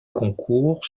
concours